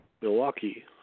Milwaukee